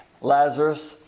Lazarus